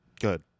Good